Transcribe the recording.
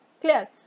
clear